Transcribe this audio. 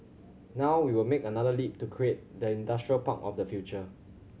now we will make another leap to create the industrial park of the future